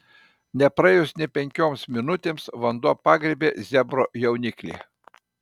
nepraėjus nė penkioms minutėms vanduo pagriebė zebro jauniklį